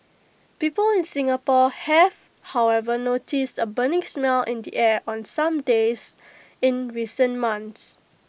people in Singapore have however noticed A burning smell in the air on some days in recent months